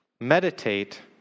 meditate